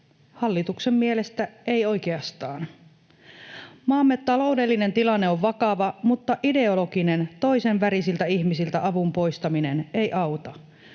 Hallituksen mielestä ei oikeastaan. Maamme taloudellinen tilanne on vakava, mutta ideologinen toisen värisiltä ihmisiltä avun poistaminen ei auta.